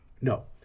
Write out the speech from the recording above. No